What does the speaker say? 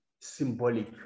symbolic